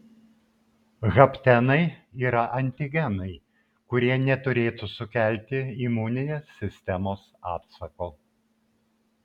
haptenai yra antigenai kurie neturėtų sukelti imuninės sistemos atsako